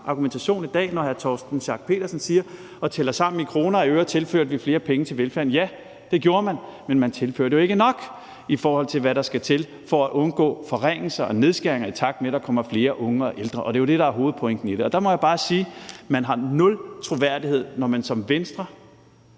argumentation i dag, når hr. Torsten Schack Pedersen siger, at talt sammen i kroner og øre tilførte man flere penge til velfærden. Ja, det gjorde man, men man tilførte jo ikke nok, i forhold til hvad der skal til for at undgå forringelser og nedskæringer, i takt med at der kommer flere unge og ældre. Og det er jo det, der er hovedpointen i det. Og der må jeg bare sige, at man har nul troværdighed, når man som Venstre